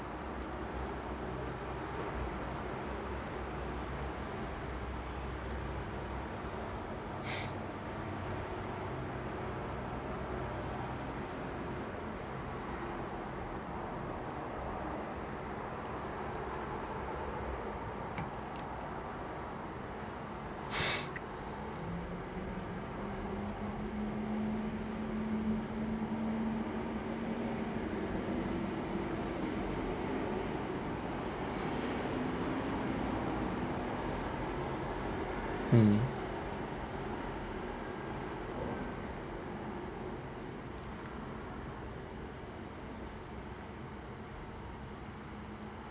mm